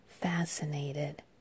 fascinated